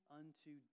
unto